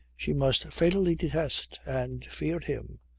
she must fatally detest and fear him.